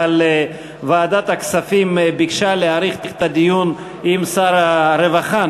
אבל ועדת הכספים ביקשה להאריך את הדיון עם שר הרווחה,